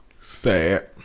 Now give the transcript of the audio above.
sad